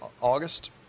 August